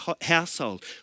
household